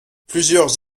plusieurs